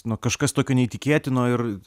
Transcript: na kažkas tokio neįtikėtino ir